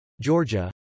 Georgia